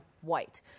white